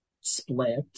split